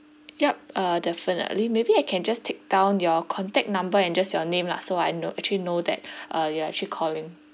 yup uh definitely maybe I can just take down your contact number and just your name lah so I know actually know that uh you are actually calling